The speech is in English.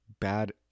bad